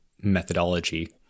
methodology